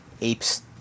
ape's